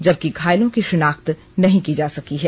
जबकि घायलों की शिनाख्त नहीं की जा सकी है